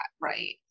right